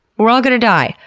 we're all gonna die!